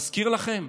מזכיר לכם?